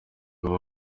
baba